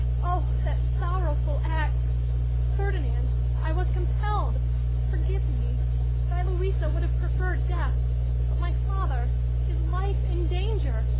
oh! that sorrowful act ferdinand i was compelled forgive me thy louisa would have preferred death but my father his life in danger!